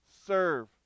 serve